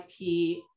IP